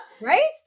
Right